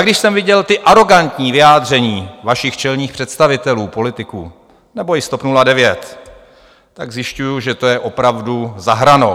Když jsem viděl ta arogantní vyjádření vašich čelných představitelů, politiků nebo i z TOP 09, tak zjišťuji, že to je opravdu za hranou.